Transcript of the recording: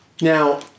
Now